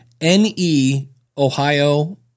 N-E-Ohio